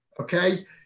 okay